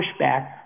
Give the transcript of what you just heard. pushback